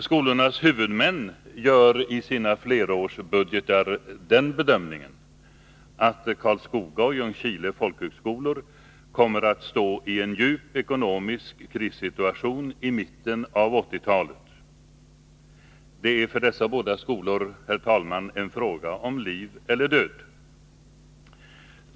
Skolornas huvudmän gör i sina flerårsbudgetar den bedömningen att Karlskoga och Ljungskile folkhögskolor kommer att stå i en djup ekonomisk kris i mitten av 1980-talet. Det är för dessa båda skolor, herr talman, en fråga om liv eller död.